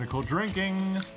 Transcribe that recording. Drinking